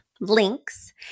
links